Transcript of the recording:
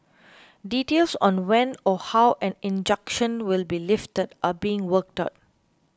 details on when or how an injunction will be lifted are being worked out